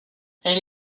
elle